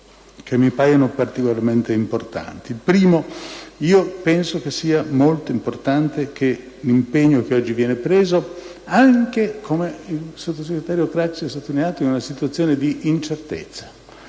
che mi paiono particolarmente importanti: prima di tutto, penso che sia molto importante che l'impegno che oggi viene preso, anche, come la sottosegretario Craxi ha sottolineato, in una situazione di incertezza.